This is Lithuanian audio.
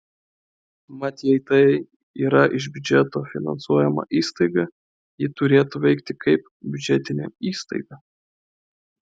mat jei tai yra iš biudžeto finansuojama įstaiga ji turėtų veikti kaip biudžetinė įstaiga